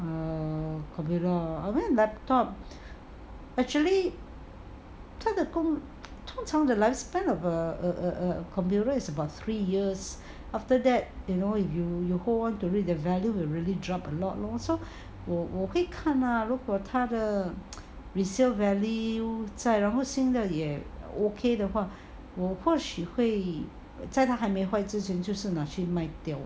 err computer or I mean laptop actually 他的工通常 the lifespan of a a computer is about three years after that you know you you hold on to it the value will really drop a lot lor so 我我会看 lah 如果他的 resale value 再然后新的也 okay 的话我或许会在他还没坏之前就是拿去卖掉